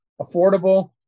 Affordable